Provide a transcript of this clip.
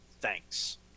Thanks